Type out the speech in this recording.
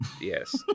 Yes